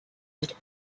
wood